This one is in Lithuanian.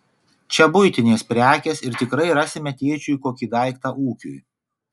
čia buitinės prekės ir tikrai rasime tėčiui kokį daiktą ūkiui